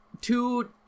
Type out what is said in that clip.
two